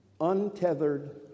untethered